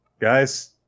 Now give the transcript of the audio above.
guys